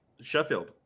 Sheffield